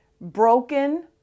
broken